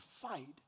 fight